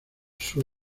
sur